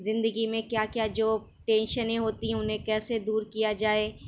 زندگی میں کیا کیا جوٹینشنیں ہوتی ہیں انہیں کیسے دور کیا جائے